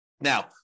Now